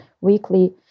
weekly